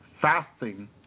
fasting